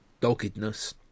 doggedness